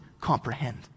comprehend